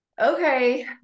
okay